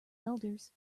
elders